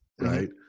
right